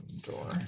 Door